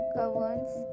governance